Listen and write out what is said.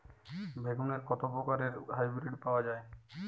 বেগুনের কত প্রকারের হাইব্রীড পাওয়া যায়?